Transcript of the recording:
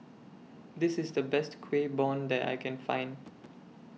This IS The Best Kueh Bom that I Can Find